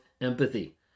empathy